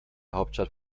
hauptstadt